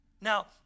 Now